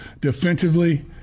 Defensively